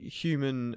human